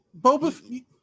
Boba